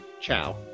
ciao